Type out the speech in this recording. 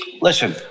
Listen